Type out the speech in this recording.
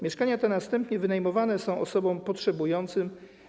Mieszkania te będą następnie wynajmowane osobom potrzebującym.